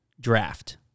Draft